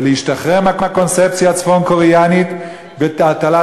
ולהשתחרר מהקונספציה הצפון-קוריאנית והטלת